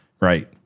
Right